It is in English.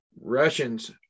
Russians